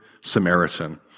Samaritan